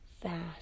fast